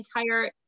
entire